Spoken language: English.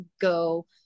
go